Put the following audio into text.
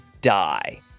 die